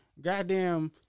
goddamn